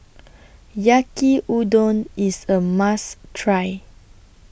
Yaki Udon IS A must Try